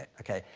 okay,